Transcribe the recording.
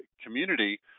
community